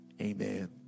Amen